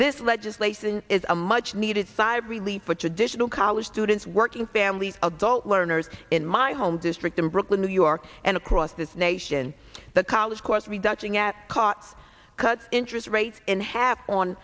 this legislation is a much needed sigh of relief which additional college students working families adult learners in my home district in brooklyn new york and across this nation the college course we dodging at cots cut interest rates in half on